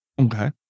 Okay